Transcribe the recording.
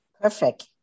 Perfect